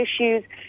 issues